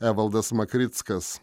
evaldas makrickas